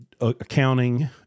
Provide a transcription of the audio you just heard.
accounting